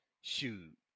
Shoot